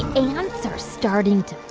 ah yeah ants are starting